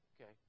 okay